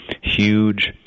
huge